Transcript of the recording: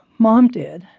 mom did.